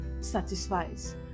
satisfies